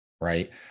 right